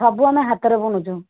ସବୁ ଆମେ ହାତରେ ବୁଣୁଛୁ